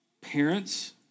parents